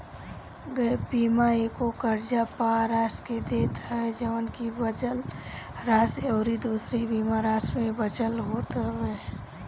gap बीमा एगो कर्जा पअ राशि के देत हवे जवन की बचल राशि अउरी दूसरी बीमा राशि में बचल होत हवे